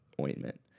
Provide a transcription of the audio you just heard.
ointment